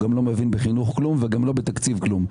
הוא גם לא מבין בחינוך כלום וגם לא בתקציב כלום.